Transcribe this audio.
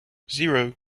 zero